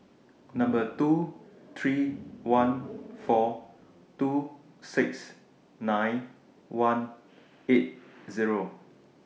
Number two three one four two six nine one eight Zero